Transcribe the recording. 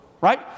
right